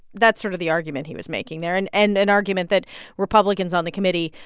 that's sort of the argument he was making there and and an argument that republicans on the committee,